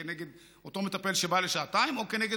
כנגד אותו מטפל שבא לשעתיים או כנגד